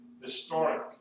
historic